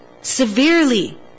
severely